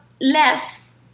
less